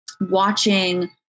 watching